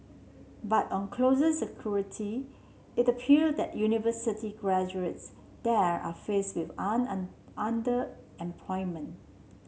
but on closer scrutiny it appear that university graduates there are faced with underemployment